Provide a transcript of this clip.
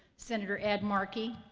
senator ed markey.